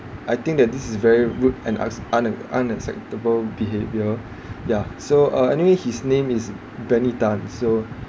I think that this is very rude and un~ un~ unacceptable behaviour ya so uh anyway his name is benny tan so